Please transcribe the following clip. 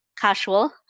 casual